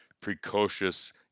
precocious